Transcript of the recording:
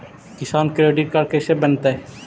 किसान credit card कैसे बनतै?